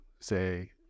say